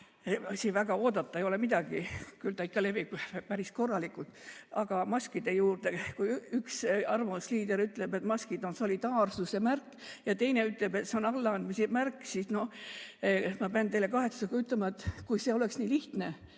et väga oodata ei ole midagi, küll ta ikka levib päris korralikult. Aga maskide juurde. Kui üks arvamusliider ütleb, et maskid on solidaarsuse märk, ja teine ütleb, et see on allaandmise märk, siis ma pean teile kahetsusega ütlema, et kui see oleks nii lihtne,